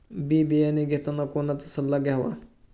बी बियाणे घेताना कोणाचा सल्ला घ्यावा?